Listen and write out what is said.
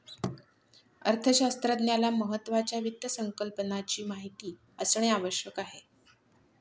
अर्थशास्त्रज्ञाला महत्त्वाच्या वित्त संकल्पनाची माहिती असणे आवश्यक आहे